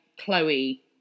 Chloe